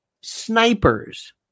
snipers